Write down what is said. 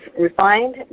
refined